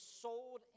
sold